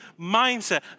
mindset